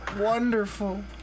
wonderful